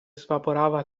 svaporava